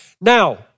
Now